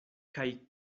kaj